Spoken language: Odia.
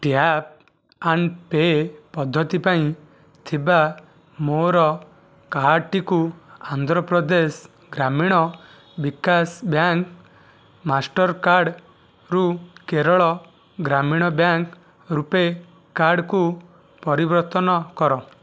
ଟ୍ୟାପ୍ ଆଣ୍ଡ ପେ ପଦ୍ଧତି ପାଇଁ ଥିବା ମୋର କାର୍ଡ଼ଟିକୁ ଆନ୍ଧ୍ରପ୍ରଦେଶ ଗ୍ରାମୀଣ ବିକାଶ ବ୍ୟାଙ୍କ ମାଷ୍ଟର୍କାର୍ଡ଼ରୁ କେରଳ ଗ୍ରାମୀଣ ବ୍ୟାଙ୍କ ରୂପୈ କାର୍ଡ଼କୁ ପରିବର୍ତ୍ତନ କର